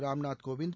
Ramnath Kovind